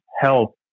help